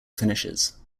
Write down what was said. finishes